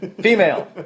Female